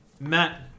Matt